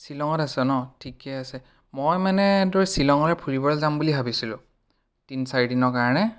ছিলঙত আছ ন ঠিকে আছে মই মানে তোৰ ছিলঙলৈ ফুৰিবলৈ যাম বুলি ভাবিছিলোঁ তিনি চাৰিদিনৰ কাৰণে